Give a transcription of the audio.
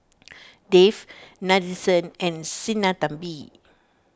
Dev Nadesan and Sinnathamby